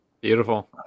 Beautiful